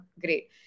great